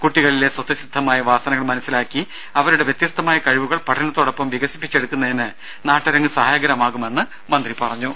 കുട്ടികളിലെ സ്വതസിദ്ധമായ വാസനകൾ മനസ്സിലാക്കി അവരുടെ വ്യത്യസ്തമായ കഴിവുകൾ പഠനത്തോടൊപ്പം വികസിപ്പിച്ചെടുക്കുന്നതിന് നാട്ടരങ്ങ് സഹായകരമാകുമെന്ന് മന്ത്രി പറഞ്ഞു